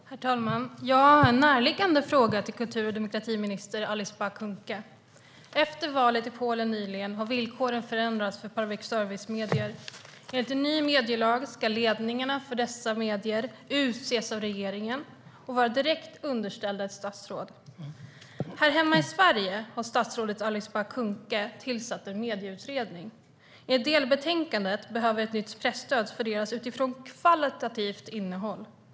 Herr talman! Jag har en närliggande fråga till kultur och demokratiminister Alice Bah Kuhnke. Efter valet i Polen nyligen har villkoren för public service-medier förändrats. Enligt en ny medielag ska ledningarna för dessa medier utses av regeringen och vara direkt underställda ett statsråd. Här hemma i Sverige har statsrådet Alice Bah Kuhnke tillsatt en medieutredning. Enligt delbetänkandet behöver ett nytt presstöd fördelas utifrån kvalitativt innehåll.